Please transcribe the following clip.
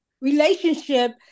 relationship